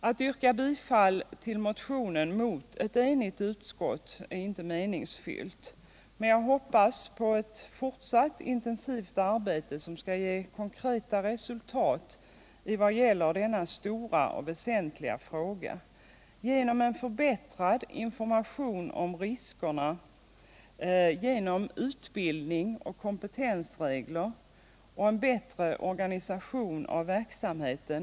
Att yrka bifall till motionen mot ett enigt utskott är inte meningsfullt. men jag hoppas på ett fortsatt intensivt arbete, som skall ge konkreta resultat i denna stora och väsentliga fråga genom em förbättrad information om riskerna, genom utbildning och kompetensregler och genom en bättre organisation av verksamheten.